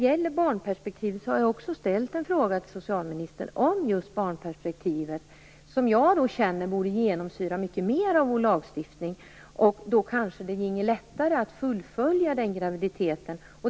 Jag har också ställt en fråga till socialministern om barnperspektivet, som jag menar borde genomsyra mycket mer av vår lagstiftning. Då kanske det ginge lättare att fullfölja en graviditet.